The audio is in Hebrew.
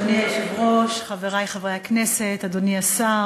אדוני היושב-ראש, חברי חברי הכנסת, אדוני השר,